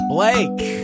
Blake